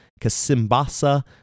Kasimbasa